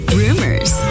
rumors